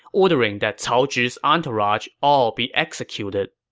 ordering that cao zhi's entourage all be executed.